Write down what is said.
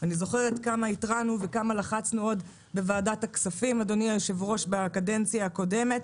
אני זוכרת כמה התרענו וכמה לחצנו עוד בוועדת הכספים בקדנציה הקודמת,